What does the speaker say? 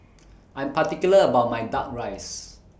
I'm particular about My Duck Rice